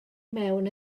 mewn